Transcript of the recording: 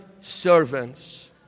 servants